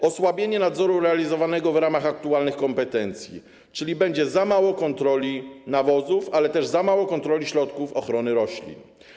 Osłabienie nadzoru realizowanego w ramach aktualnych kompetencji, czyli będzie za mało kontroli nawozów, ale też za mało kontroli środków ochrony roślin.